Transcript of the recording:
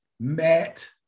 Matt